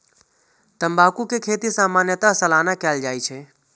तंबाकू के खेती सामान्यतः सालाना कैल जाइ छै